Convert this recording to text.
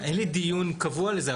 אין לי דיון קבוע לזה,